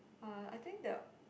uh I think they'll